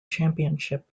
championship